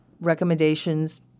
recommendations